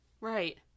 Right